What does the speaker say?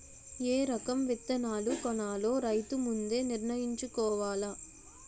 ఏ రకం విత్తనాలు కొనాలో రైతు ముందే నిర్ణయించుకోవాల